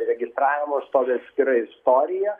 registravimo stovi atskira istorija